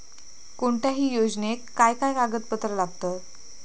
कोणत्याही योजनेक काय काय कागदपत्र लागतत?